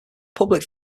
public